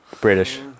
British